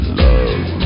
love